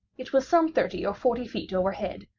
it was some thirty or forty feet overhead,